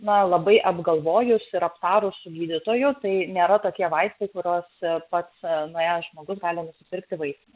na labai apgalvojus ir aptarus su gydytoju tai nėra tokie vaistai kuriuos pats nuėjęs žmogus gali nusipirkti vaistinėje